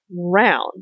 round